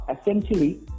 essentially